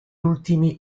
ultimi